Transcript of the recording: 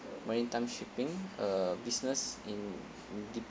maritime shipping uh business in dip~